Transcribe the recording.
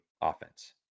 offense